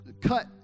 cut